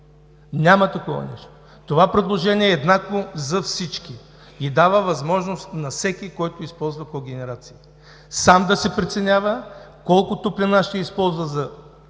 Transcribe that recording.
Няма такова нещо! Това предложение е еднакво за всички и дава възможност на всеки, който използва когенерациите, сам да си преценява колко топлина ще използва за